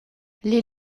les